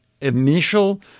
initial